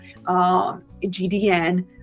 GDN